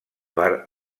per